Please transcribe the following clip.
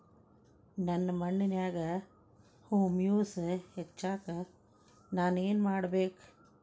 ನನ್ನ ಮಣ್ಣಿನ್ಯಾಗ್ ಹುಮ್ಯೂಸ್ ಹೆಚ್ಚಾಕ್ ನಾನ್ ಏನು ಮಾಡ್ಬೇಕ್?